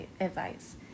advice